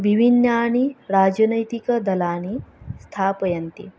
विभिन्नानि राजनैतिकदलानि स्थापयन्ति